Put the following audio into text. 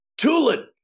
Tulin